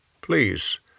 Please